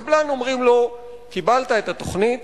הקבלן, אומרים לו: קיבלת את התוכנית,